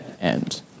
end